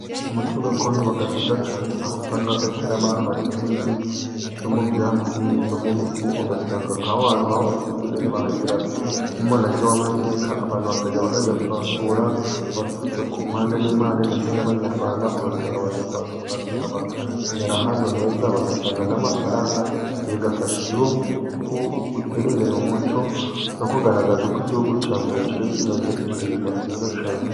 Umuco gakondo uba mwiza cyane ,aho usanga kera barubatse nk'inzu zo mu byatsi, izo mu ibiti, ugasanga nk'aho hantu barubatse inzu nini bahagira nk'umurage w'amateka abantu bakajya barajya kuhasura ,abaturutse ku muhanda, n'impande ndetse n'Abanyarwanda ugasanga baje kuhasura, basanga banyura ahantu heza bagatanga namafaranga, ibyo bigafasha igihugu gutera imbere mu muco no kugaragaza ,uko igihugu cya mbere cyari kimeze bikaba byiza cyane.